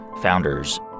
founders